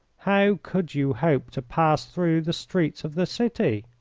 how could you hope to pass through the streets of the city?